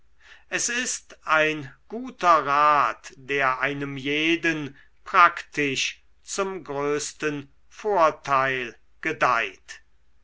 es ist ein guter rat der einem jeden praktisch zum größten vorteil gedeiht